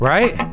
Right